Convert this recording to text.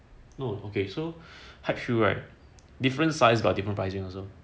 no okay so hype shoe right different size got different pricing also